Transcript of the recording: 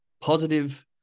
positive